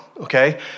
okay